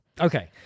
Okay